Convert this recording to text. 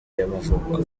y’amavuko